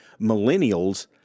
millennials